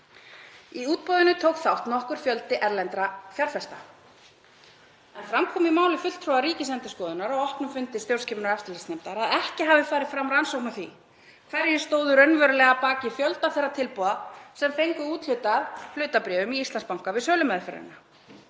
Í útboðinu tók þátt nokkur fjöldi erlendra fjárfesta. Fram kom í máli fulltrúa Ríkisendurskoðunar á opnum fundi stjórnskipunar-og eftirlitsnefndar að ekki hefði farið fram rannsókn á því hverjir stóðu raunverulega að baki fjölda þeirra tilboða sem fengu úthlutað hlutabréfum í Íslandsbanka við sölumeðferðina.